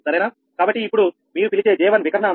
కాబట్టి ఇప్పుడు మీరు పిలిచే J1 వికర్ణ అంశాలు